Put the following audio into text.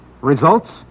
Results